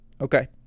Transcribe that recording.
Okay